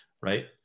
right